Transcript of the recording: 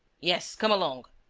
yes, come along.